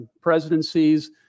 presidencies